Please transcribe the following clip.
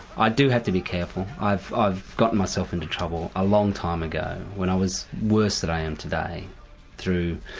i do have to be careful, i've i've gotten myself into trouble a long time ago when i was worse than i am today through